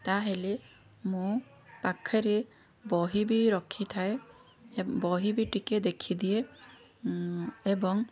ତାହାହେଲେ ମୁଁ ପାଖରେ ବହି ବି ରଖିଥାଏ ଏବ୍ ବହି ବି ଟିକେ ଦେଖିଦିଏ ଏବଂ